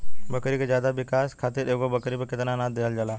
बकरी के ज्यादा विकास खातिर एगो बकरी पे कितना अनाज देहल जाला?